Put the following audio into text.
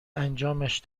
انجامش